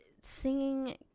singing